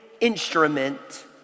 instrument